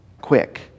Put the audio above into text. quick